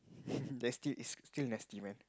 that still is still nasty man